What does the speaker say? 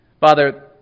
Father